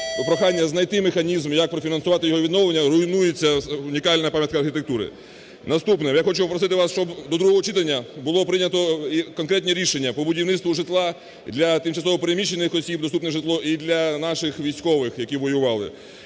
Прохання знайти механізм як профінансувати його відновлення, руйнується унікальна пам'ятка архітектури. Наступне: я хочу попросити вас, щоб до другого читання було прийнято і конкретні рішення по будівництву житла для тимчасово переміщених осіб, доступне житло і для наших військових, які воювали.